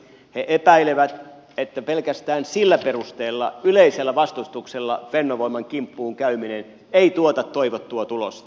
he epäilevät että pelkästään sillä perusteella yleisellä vastustuksella fennovoiman kimppuun käyminen ei tuota toivottua tulosta